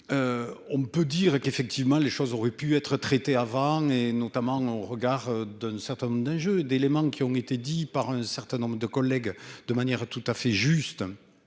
On peut dire qu'effectivement les choses auraient pu être traitées avant et notamment au regard d'un certain nombre d'un jeu d'éléments qui ont été dit par un certain nombre de collègues de manière tout à fait juste.